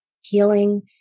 healing